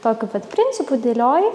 tokiu pat principu dėlioji